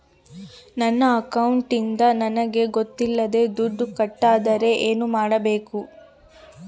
ನನ್ನ ಅಕೌಂಟಿಂದ ನನಗೆ ಗೊತ್ತಿಲ್ಲದೆ ದುಡ್ಡು ಕಟ್ಟಾಗಿದ್ದರೆ ಏನು ಮಾಡಬೇಕು?